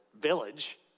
village